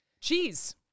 Cheese